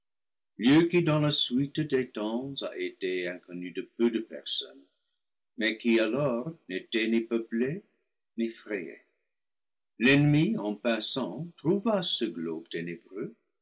qui dans la suite des temps a été inconnu à peu de personnes mais qui alors n'était ni peuplé ni frayé l'ennemi en passant trouva ce globe